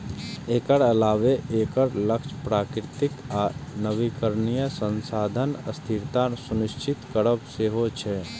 एकर अलावे एकर लक्ष्य प्राकृतिक आ नवीकरणीय संसाधनक स्थिरता सुनिश्चित करब सेहो छै